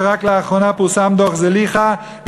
ורק לאחרונה פורסם דוח זליכה,